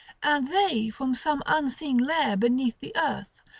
and they from some unseen lair beneath the earth,